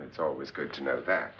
it's always good to know that